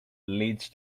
leads